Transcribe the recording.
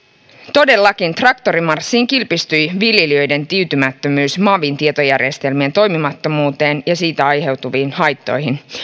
todellakin traktorimarssiin kiteytyi viljelijöiden tyytymättömyys mavin tietojärjestelmien toimimattomuuteen ja siitä aiheutuviin haittoihin